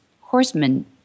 horsemen